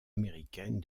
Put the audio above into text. américaine